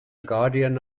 guardian